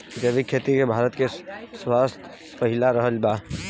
जैविक खेती मे भारत के स्थान पहिला रहल बा